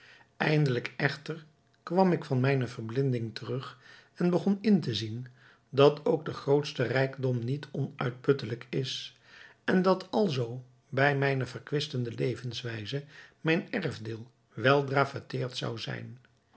eindelijk echter kwam ik van mijne verblinding terug en begon in te zien dat ook de grootste rijkdom niet onuitputtelijk is en dat alzoo bij mijne verkwistende levenswijze mijn erfdeel weldra verteerd zou zijn